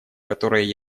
которое